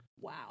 Wow